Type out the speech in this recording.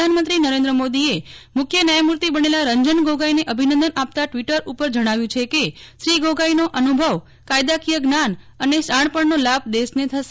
પ્રધાનમંત્રી નરેન્દ્ર મોદીએ મુખ્ય ન્યાયમૂર્તિ બનેલા રંજન ગોગોઇને અભિનંદન આપતાં ટ્રવીટર ઉપર જણાવ્યું છે કેશ્રી ગોગોઇના અનુભવ કાયદાકિય જ્ઞાન અને શાજ્ઞપજ્ઞનો લાભ દેશને થશે